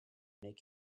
make